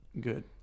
good